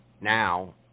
Now